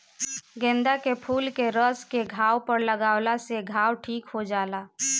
गेंदा के फूल के रस के घाव पर लागावला से घाव ठीक हो जाला